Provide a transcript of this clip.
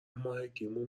ماهگیمون